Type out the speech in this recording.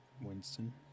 Winston